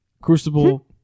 Crucible